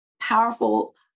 powerful